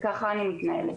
כך אני מתנהלת.